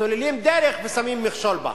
סוללים דרך ושמים מכשול בה.